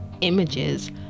images